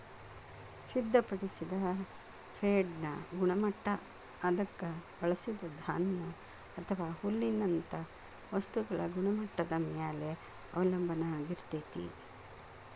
ಸಿದ್ಧಪಡಿಸಿದ ಫೇಡ್ನ ಗುಣಮಟ್ಟ ಅದಕ್ಕ ಬಳಸಿದ ಧಾನ್ಯ ಅಥವಾ ಹುಲ್ಲಿನಂತ ವಸ್ತುಗಳ ಗುಣಮಟ್ಟದ ಮ್ಯಾಲೆ ಅವಲಂಬನ ಆಗಿರ್ತೇತಿ